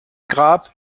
grab